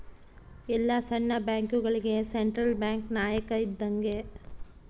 ಎಲ್ಲ ಸಣ್ಣ ಬ್ಯಾಂಕ್ಗಳುಗೆ ಸೆಂಟ್ರಲ್ ಬ್ಯಾಂಕ್ ನಾಯಕ ಇದ್ದಂಗೆ